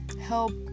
help